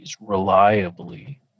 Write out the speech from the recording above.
reliably